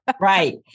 Right